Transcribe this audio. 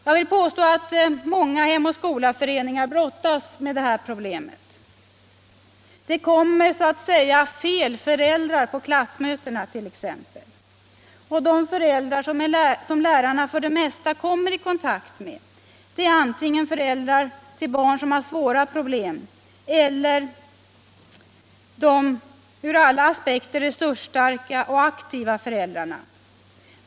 Jag vill påstå att många Hem och Skola-föreningar brottas med detta problem. Det kommer så att säga ”fel föräldrar” på klassmötena t.ex., och de föräldrar som lärarna för det mesta kommer i kontakt med är antingen föräldrar till barn som har svåra problem eller de ur alla aspekter resursstarka och aktiva föräldrarna.